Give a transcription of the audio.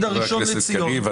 הראשון לציון --- חבר הכנסת קריב,